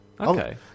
Okay